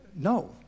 no